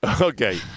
Okay